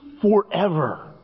forever